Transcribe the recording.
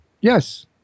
Yes